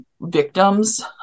victims